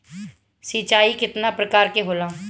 सिंचाई केतना प्रकार के होला?